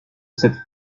cette